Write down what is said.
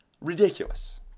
Ridiculous